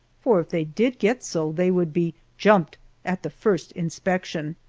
for if they did get so they would be jumped at the first inspection.